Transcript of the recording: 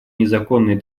незаконной